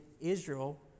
Israel